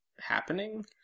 happening